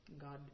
God